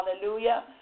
Hallelujah